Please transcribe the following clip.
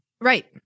right